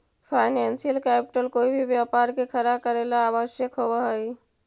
financial capital कोई भी व्यापार के खड़ा करेला ला आवश्यक होवऽ हई